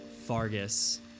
Fargus